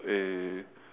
a